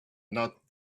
not